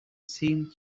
seemed